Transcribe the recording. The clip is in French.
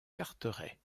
carteret